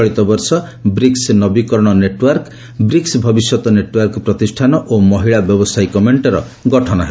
ଚଳିତବର୍ଷ ବ୍ରିକ୍ନ ନବୀକରଣ ନେଟୱର୍କ ବ୍ରିକ୍ନ ଭବିଷ୍ୟତ ନେଟୱାର୍କ ପ୍ରତିଷ୍ଠାନ ଓ ମହିଳା ବ୍ୟବସାୟିକ ମେଣ୍ଟର ଗଠନ ହେବ